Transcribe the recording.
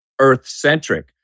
Earth-centric